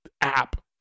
app